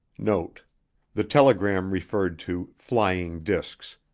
note the telegram referred to flying discs.